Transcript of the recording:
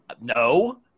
no